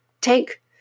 take